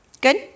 Good